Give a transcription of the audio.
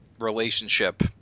relationship